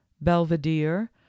Belvedere